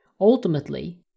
Ultimately